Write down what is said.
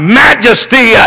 majesty